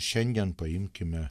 šiandien paimkime